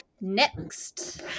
Next